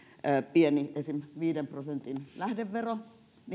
pieni esimerkiksi viiden prosentin lähdevero